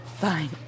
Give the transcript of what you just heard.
Fine